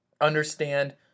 understand